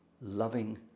loving